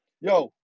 Yo